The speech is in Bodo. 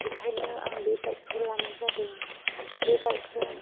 बेनिखायनो आं बे बाइकखौ लानाय जादों बे बाइकजों